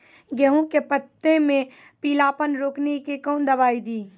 गेहूँ के पत्तों मे पीलापन रोकने के कौन दवाई दी?